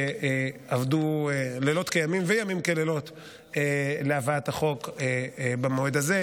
שעבדו לילות כימים וימים כלילות להבאת החוק במועד הזה,